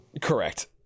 Correct